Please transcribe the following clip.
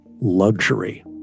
luxury